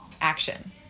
action